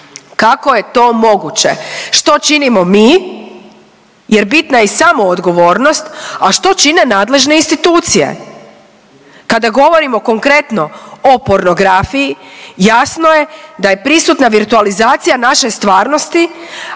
Kako je to moguće? Što činimo mi jer bitna je i samoodgovornost, a što čine nadležne institucije? Kada govorimo konkretno o pornografiji jasno je da je prisutna virtualizacija naše stvarnosti,